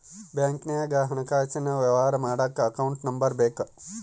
ಬ್ಯಾಂಕ್ನಾಗ ಹಣಕಾಸಿನ ವ್ಯವಹಾರ ಮಾಡಕ ಅಕೌಂಟ್ ನಂಬರ್ ಬೇಕು